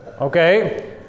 Okay